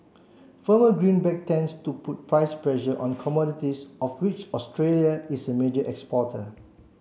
firmer green back tends to put price pressure on commodities of which Australia is a major exporter